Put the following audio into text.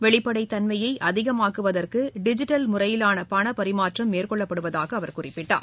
வெளிப்படைத் தன்மையை அதிகமாக்குவதற்கு டிஜிட்டல் முறையிலான பண பரிமாற்றம் மேற்கொள்ளப்படுவதாக அவர் குறிப்பிட்டார்